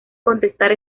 contestar